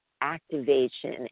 activation